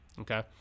okay